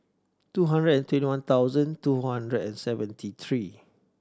two hundred and twenty one thousand two hundred and seventy three